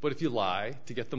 but if you lie to get the